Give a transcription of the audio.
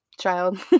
child